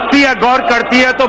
yeah da da da da